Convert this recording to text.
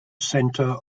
center